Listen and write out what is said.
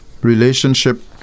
relationship